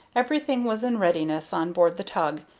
everything was in readiness on board the tug,